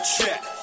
check